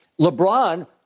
LeBron